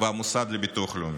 והמוסד לביטוח לאומי.